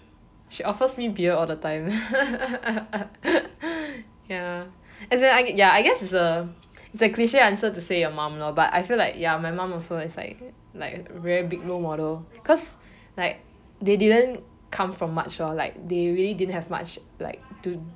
she offers me beer all the time ya as that ya I guess is a is a cliche answer to say your mum lor but I feel like ya my mum also is like like very big role model cause like they didn't come from much lor like they really didn't have much like to